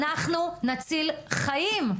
אנחנו נציל חיים.